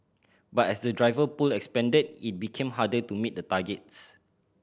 but as the driver pool expanded it became harder to meet the targets